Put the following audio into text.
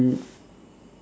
mm